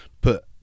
put